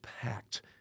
packed